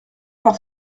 par